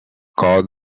called